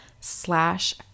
slash